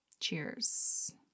Cheers